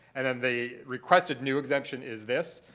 and then, they requested new exemption is this,